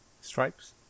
stripes